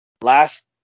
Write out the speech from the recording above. Last